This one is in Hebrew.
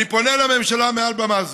אני פונה לממשלה מעל במה זו: